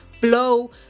blow